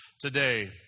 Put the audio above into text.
today